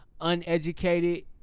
Uneducated